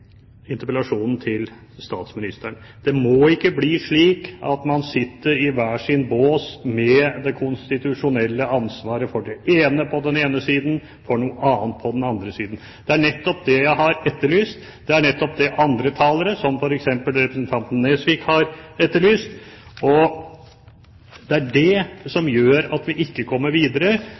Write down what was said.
interpellasjonen til statsministeren. Det må ikke bli slik at man sitter i hver sin bås med det konstitusjonelle ansvaret for det ene, på den ene siden, og for noe annet, på den andre siden. Det er nettopp det jeg har etterlyst, det er nettopp det andre talere, som f.eks. representanten Nesvik, har etterlyst, og det er det som gjør at vi ikke kommer videre.